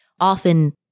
Often